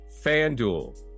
fanduel